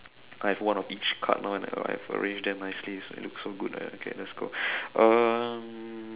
I've one of each card now and I've arranged them nicely so it look so good like that okay let's go um